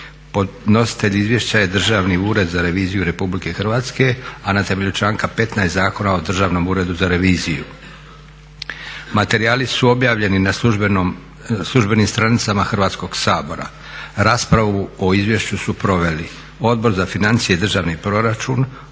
Podnositelj izvješća je Državni ured za reviziju RH, a na temelju članka 15. Zakona o Državnom uredu za reviziju. Materijali su objavljeni na službenim stranicama Hrvatskog sabora. Raspravu o izvješću su proveli Odbor za financije i državni proračun,